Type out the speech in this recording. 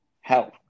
health